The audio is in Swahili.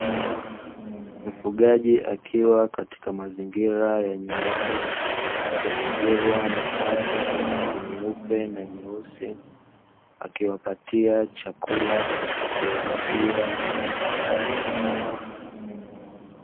Mfugaji akiwa katika mazingira ya nyumbani akizingirwa na bata wa rangi nyeupe na nyeusi, akiwapatia chakula kwa kuwamwagia katika ardhi.